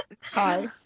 Hi